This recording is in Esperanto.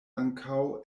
ankaŭ